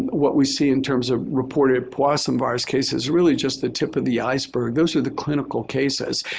and what we see in terms of reported powassan virus case is really just the tip of the iceberg. those are the clinical cases.